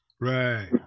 right